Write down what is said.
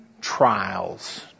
trials